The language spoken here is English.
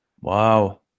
wow